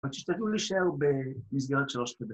‫אבל תשתדלו להישאר במסגרת שלוש יחידות.